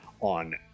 on